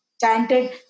chanted